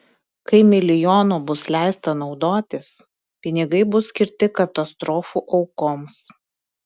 kai milijonu bus leista naudotis pinigai bus skirti katastrofų aukoms